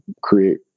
create